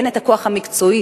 אין הכוח המקצועי,